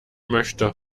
möchte